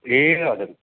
ए हजुर